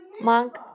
Monk